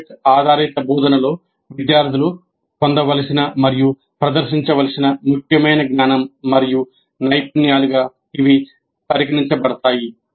project ఆధారిత బోధనలో విద్యార్థులు పొందవలసిన మరియు ప్రదర్శించవలసిన ముఖ్యమైన జ్ఞానం మరియు నైపుణ్యాలుగా ఇవి పరిగణించబడతాయి